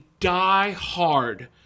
diehard